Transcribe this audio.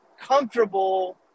comfortable